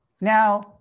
Now